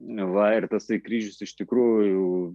va ir tasai kryžius iš tikrųjų